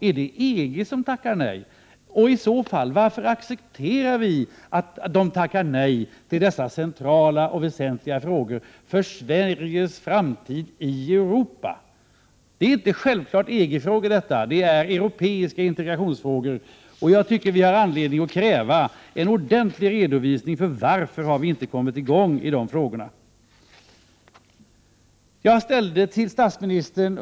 Är det EG som tackar nej? I så fall — varför accepterar vi att EG tackar nej till förhandlingar i dessa centrala och väsentliga frågor för Sveriges framtid i Europa? Det är inte självklart att detta är EG-frågor. Det är europeiska integrationsfrågor, och jag tycker att vi har anledning kräva en ordentlig redovisning av varför vi inte har kommit i gång med förhandlingar i de frågorna.